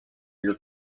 your